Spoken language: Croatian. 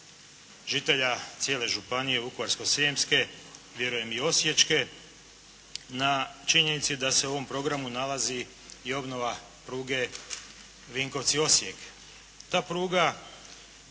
žitelja cijele županije Vukovarsko-Srijemske, vjerujem i Osječke, na činjenici da se u ovom programu nalazi i obnova pruge Vinkovci-Osijek. Ta pruga